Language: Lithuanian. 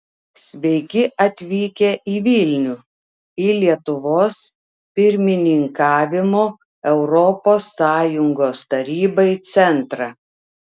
sveiki atvykę į vilnių į lietuvos pirmininkavimo europos sąjungos tarybai centrą